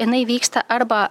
jinai vyksta arba